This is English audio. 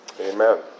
Amen